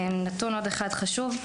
נתון נוסף חשוב,